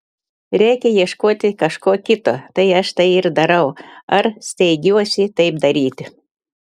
reikia ieškoti kažko kito tai aš tai ir darau ar steigiuosi taip daryti